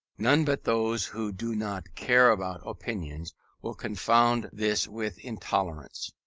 none but those who do not care about opinions will confound this with intolerance.